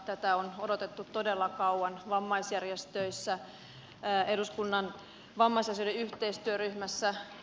tätä on odotettu todella kauan vammaisjärjestöissä ja eduskunnan vammaisasioiden yhteistyöryhmässä